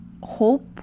hope